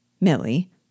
Millie